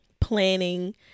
planning